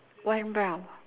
one brown